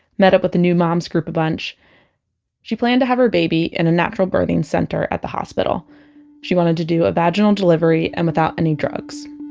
met up with the new mom's group a bunch she planned have her baby in a natural birthing center at the hospital she wanted to do a vaginal delivery and without any drugs